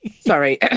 sorry